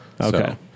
Okay